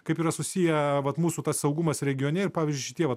kaip yra susiję vat mūsų tas saugumas regione ir pavyzdžiuišitie vat